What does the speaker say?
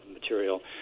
material